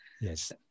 Yes